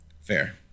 Fair